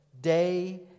day